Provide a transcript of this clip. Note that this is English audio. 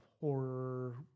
horror